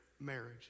marriage